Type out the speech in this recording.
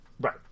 right